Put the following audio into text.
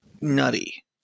nutty